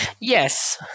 Yes